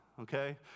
Okay